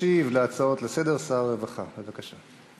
ישיב על ההצעות לסדר-היום שר הרווחה, בבקשה.